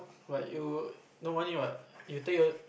but you no money what you take your